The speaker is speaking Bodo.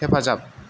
हेफाजाब